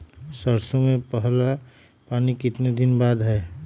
सरसों में पहला पानी कितने दिन बाद है?